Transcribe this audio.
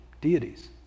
deities